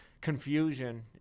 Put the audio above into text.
confusion